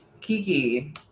Kiki